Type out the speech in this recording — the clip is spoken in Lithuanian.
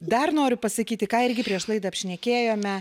dar noriu pasakyti ką irgi prieš laidą apšnekėjome